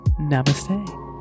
Namaste